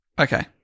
Okay